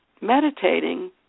meditating